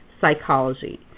Psychology